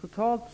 Totalt